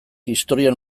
historian